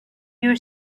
your